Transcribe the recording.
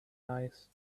eyes